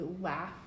laugh